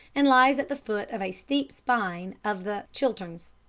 and lies at the foot of a steep spine of the chilterns.